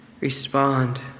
respond